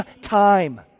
time